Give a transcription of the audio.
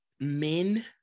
men